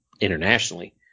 internationally